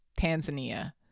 Tanzania